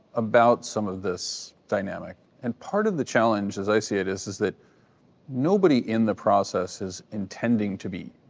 about some of this dynamic, and part of the challenge, as i see it is is that nobody in the process is intending to be,